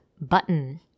button